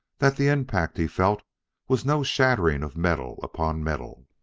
that the impact he felt was no shattering of metal upon metal.